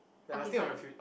okay fine